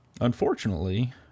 unfortunately